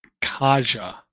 Kaja